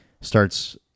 starts